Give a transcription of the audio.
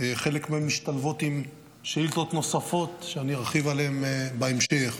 חלק מהן משתלבות עם שאילתות נוספות שאני ארחיב עליהן בהמשך.